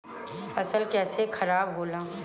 फसल कैसे खाराब होला?